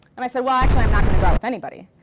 and i said, actually, i'm not going to go out with anybody.